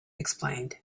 explained